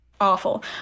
awful